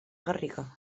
garriga